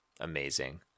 amazing